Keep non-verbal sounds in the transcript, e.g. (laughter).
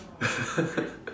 (laughs)